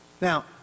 Now